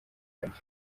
ryaryo